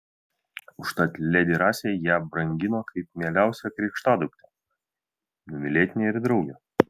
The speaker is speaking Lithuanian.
užtat ledi rasei ją brangino kaip mieliausią krikštaduktę numylėtinę ir draugę